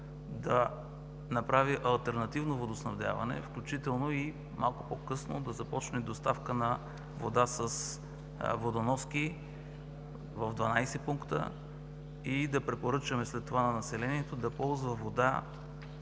да направи алтернативно водоснабдяване, включително и малко по-късно да започне доставка на вода с водоноски в 12 пункта и да препоръчаме след това на населението да ползва вода